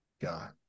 God